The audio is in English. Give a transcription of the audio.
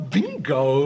Bingo